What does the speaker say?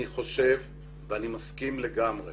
אני חושב ואני מסכים לגמרי